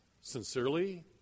sincerely